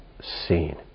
seen